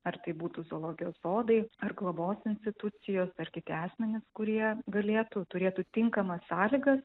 ar tai būtų zoologijos sodai ar globos institucijos ar kiti asmenys kurie galėtų turėtų tinkamas sąlygas